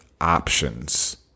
options